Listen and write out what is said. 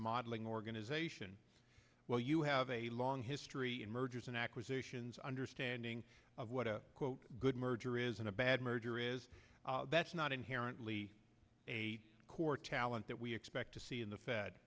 modeling organization well you have a long history in mergers and acquisitions understanding of what a quote good merger isn't a bad merger is not inherently a core talent that we expect to see in the fed